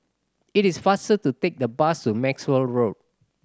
it is faster to take the bus to Maxwell Road